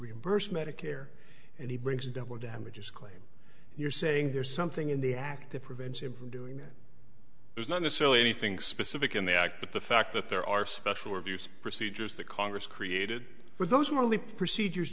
reimburse medicare and he brings in double damages claim you're saying there's something in the act that prevents him from doing that there's not necessarily anything specific in the act but the fact that there are special reviews procedures that congress created for those not only procedures